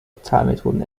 bezahlmethoden